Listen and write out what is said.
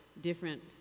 different